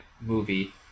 movie